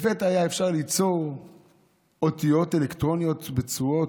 לפתע היה אפשר ליצור אותיות אלקטרוניות בצורות